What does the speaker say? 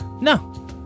no